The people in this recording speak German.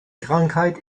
krankheit